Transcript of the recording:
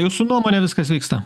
jūsų nuomone viskas vyksta